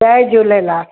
Jay Jhulelal